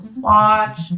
watch